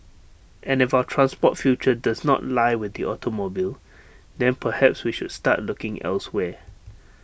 and if our transport future does not lie with the automobile then perhaps we should start looking elsewhere